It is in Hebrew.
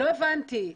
לא הבנתי.